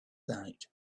night